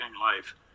life